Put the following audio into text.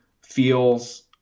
feels